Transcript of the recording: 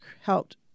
helped